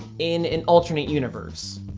in an alternate universe,